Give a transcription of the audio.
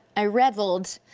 i reveled,